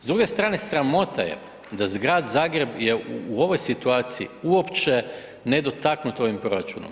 S druge strane, sramota je da grad Zagreb je u ovoj situaciji uopće nedotaknut ovim proračunom.